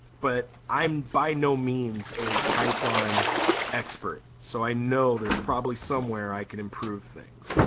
but i'm by no means a python expert so i know there's probably somewhere i can improve things.